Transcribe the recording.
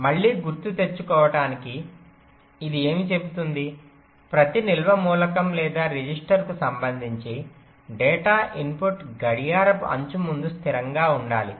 మళ్ళీ గుర్తుకు తెచ్చుకోవటానికి ఇది ఏమి చెబుతుంది ప్రతి నిల్వ మూలకం లేదా రిజిస్టర్కు సంబంధించి డేటా ఇన్పుట్ గడియారపు అంచు ముందు స్థిరంగా ఉండాలి